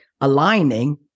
aligning